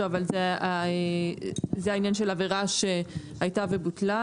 אבל זה העניין של עבירה שהייתה ובוטלה,